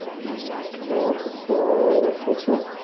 and exhale to slowly lift the chin.